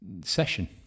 session